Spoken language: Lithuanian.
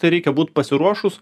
tai reikia būt pasiruošus